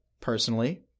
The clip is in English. personally